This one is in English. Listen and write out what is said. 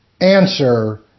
Answer